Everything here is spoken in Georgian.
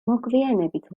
მოგვიანებით